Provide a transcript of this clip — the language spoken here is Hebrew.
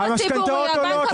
המשכנתאות עולות,